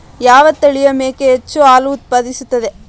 ಯಾವ ತಳಿಯ ಮೇಕೆ ಹೆಚ್ಚು ಹಾಲು ಉತ್ಪಾದಿಸುತ್ತದೆ?